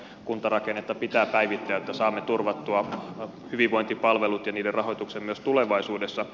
kuntarakennetta pitää päivittää jotta saamme turvattua hyvinvointipalvelut ja niiden rahoituksen myös tulevaisuudessa